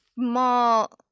small